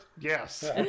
Yes